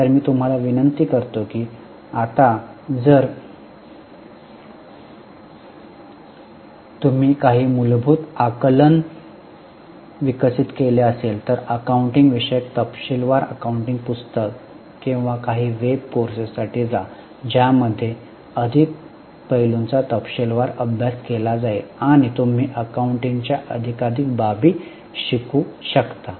तर मी तुम्हाला विनंती करतो की आता जर तुम्ही काही मूलभूत आकलन विकसित केले असेल तर अकाउंटिंग विषयक तपशीलवार अकाउंटिंग पुस्तक किंवा काही वेब कोर्सेससाठी जा ज्यामध्ये अधिक पैलूंचा तपशीलवार अभ्यास केला जाईल आणि तुम्ही अकाउंटिंग च्या अधिकाधिक बाबी शिकू शकता